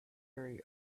very